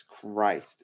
Christ